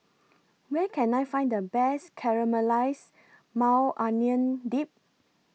Where Can I Find The Best Caramelized Maui Onion Dip